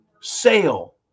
sale